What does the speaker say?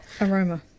Aroma